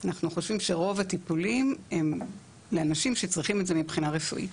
רוב הטיפולים הם לאנשים שצריכים את זה מבחינה רפואית.